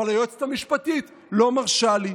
אבל היועצת המשפטית לא מרשה לי.